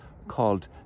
called